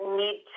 need